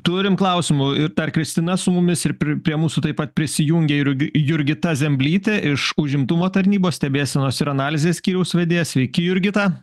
turim klausimų ir dar kristina su mumis ir prie prie mūsų taip pat prisijungė ir jurgita zemblytė iš užimtumo tarnybos stebėsenos ir analizės skyriaus vedėja sveiki jurgita